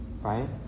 right